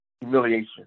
humiliation